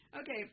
Okay